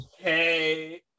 Okay